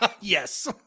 Yes